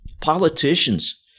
politicians